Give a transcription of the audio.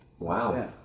Wow